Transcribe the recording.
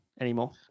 anymore